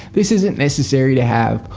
this isn't necessary to have.